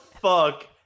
fuck